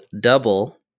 double